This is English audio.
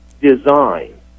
design